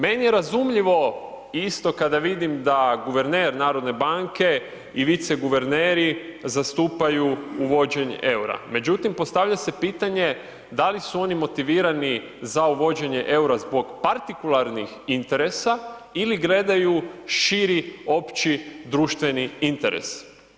Meni je razumljivo isto kada vidim da guverner Narodne banke i viceguverneri zastupaju uvođenje eura međutim postavlja se pitanje da li oni motivirani za uvođenje eura zbog partikularnih interesa ili gledaju širi opći društveni interes.